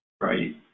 right